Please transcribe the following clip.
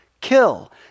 kill